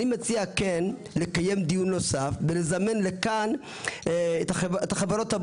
אני מציע לקיים דיון נוסף, ולזמן לכאן את החברות.